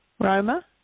Roma